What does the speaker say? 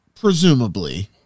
Presumably